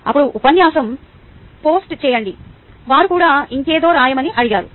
అప్పుడు ఉపన్యాసం పోస్ట్ చేయండి వారు కూడా ఇంకేదో రాయమని అడిగారు